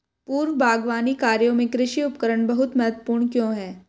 पूर्व बागवानी कार्यों में कृषि उपकरण बहुत महत्वपूर्ण क्यों है?